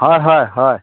হয় হয় হয়